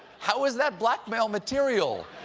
how is that blackmail material?